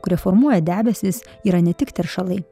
kurie formuoja debesis yra ne tik teršalai